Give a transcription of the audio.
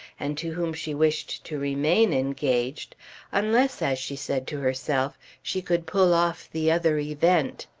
and to whom she wished to remain engaged unless, as she said to herself, she could pull off the other event.